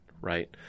right